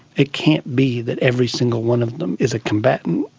it can't be that every single one of them is a combatant,